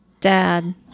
dad